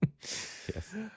yes